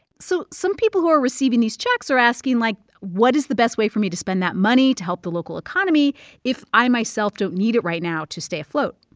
so some people who are receiving these checks are asking, like, what is the best way for me to spend that money to help the local economy if i myself don't need it right now to stay afloat?